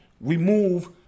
remove